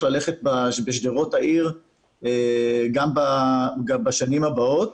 ללכת בשדרות העיר גם בשנים הבאות.